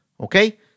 okay